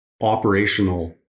operational